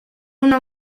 una